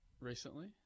recently